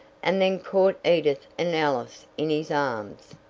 and then caught edith and alice in his arms.